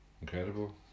incredible